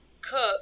cook